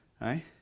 right